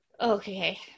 Okay